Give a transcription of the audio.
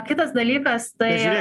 kitas dalykas tai